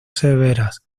severas